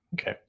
Okay